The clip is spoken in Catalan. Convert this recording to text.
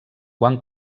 quan